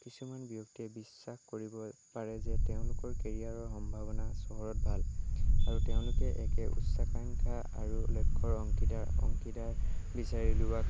কিছুমান ব্যক্তিয়ে বিশ্বাস কৰিব পাৰে যে তেওঁলোকৰ কেৰিয়াৰৰ সম্ভাৱনা চহৰত ভাল আৰু তেওঁলোক একে উচ্চাকাংক্ষা আৰু লক্ষ্যৰ অংশীদাৰ অংশীদাৰ বিচাৰি উলিওৱাত